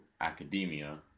Academia